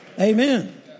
Amen